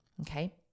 okay